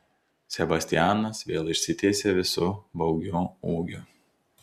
sebastianas vėl išsitiesė visu baugiu ūgiu